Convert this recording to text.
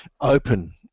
open